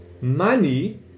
money